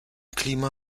klima